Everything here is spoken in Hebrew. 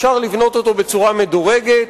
אפשר לבנות אותו בצורה מדורגת,